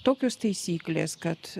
tokios taisyklės kad